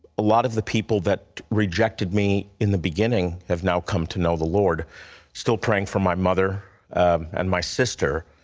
a lot of the people that rejected me in the beginning have now come to know the lord. i'm still praying for my mother and my sister.